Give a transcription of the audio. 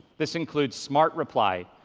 this includes smart reply,